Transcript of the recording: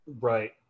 Right